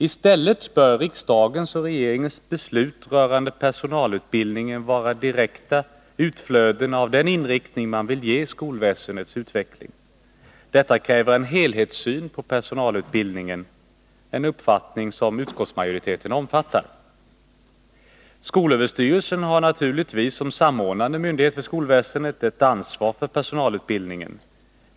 Istället bör riksdagens och regeringens beslut rörande personalutbildningen vara direkta utflöden av den inriktning man vill ge skolväsendets utveckling. Detta kräver en helhetssyn på personalutbildningen, en uppfattning som utskottsmajoriteten omfattar. Skolöverstyrelsen har naturligtvis som samordnande myndighet för skolväsendet ett ansvar för personalutbildningen.